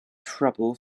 trouble